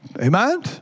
Amen